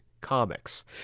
comics